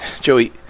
Joey